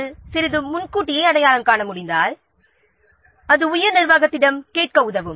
ஆனால் இதை சிறிது முன்கூட்டியே அடையாளம் காண முடிந்தால் S ஐ உயர் நிர்வாகத்திடம் கேட்க உதவும்